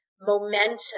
momentum